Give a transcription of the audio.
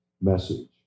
message